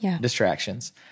distractions